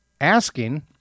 asking